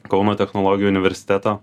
kauno technologijų universiteto